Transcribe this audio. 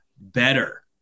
better